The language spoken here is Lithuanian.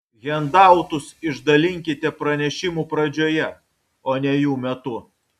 hendautus išdalinkite pranešimų pradžioje o ne jų metu